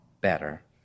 better